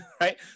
right